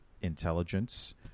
intelligence